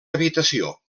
habitació